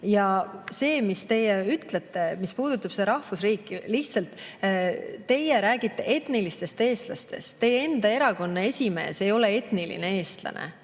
võimalus on. Nüüd see, mis puudutab rahvusriiki. Lihtsalt, teie räägite etnilistest eestlastest, teie enda erakonna esimees ei ole etniline eestlane.